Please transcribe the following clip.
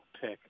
pick